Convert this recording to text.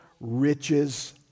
riches